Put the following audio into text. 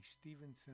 Stevenson